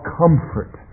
comfort